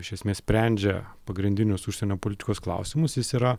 iš esmės sprendžia pagrindinius užsienio politikos klausimus jis yra